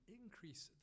increase